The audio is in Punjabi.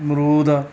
ਅਮਰੂਦ